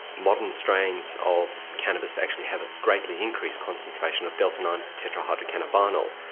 modern strains of cannabis actually have a greatly increased concentration of delta nine tetra hydro cannabidiol.